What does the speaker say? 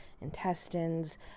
intestines